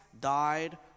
died